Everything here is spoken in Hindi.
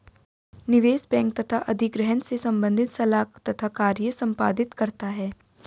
निवेश बैंक तथा अधिग्रहण से संबंधित सलाह तथा कार्य संपादित करता है